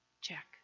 Check